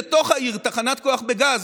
בתוך העיר יש תחנת כוח בגז.